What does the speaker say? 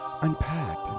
unpacked